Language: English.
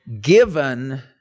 given